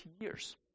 years